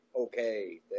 okay